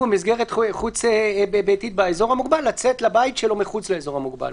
אם הוא במסגרת חוץ-ביתית באזור המוגבל לצאת לבית שלו מחוץ לאזור המוגבל.